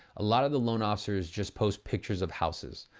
a lot of the loan officers just post pictures of houses.